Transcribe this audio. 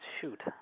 shoot